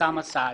אוסאמה סעדי.